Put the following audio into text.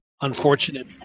unfortunate